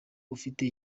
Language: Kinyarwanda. ufite